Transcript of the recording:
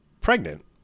pregnant